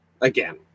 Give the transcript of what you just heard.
Again